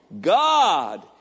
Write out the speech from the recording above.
God